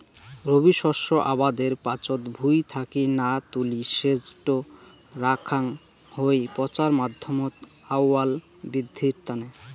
রবি শস্য আবাদের পাচত ভুঁই থাকি না তুলি সেজটো রাখাং হই পচার মাধ্যমত আউয়াল বিদ্ধির তানে